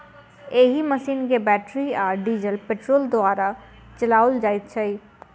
एहि मशीन के बैटरी आ डीजल पेट्रोल द्वारा चलाओल जाइत छै